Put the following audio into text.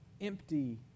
empty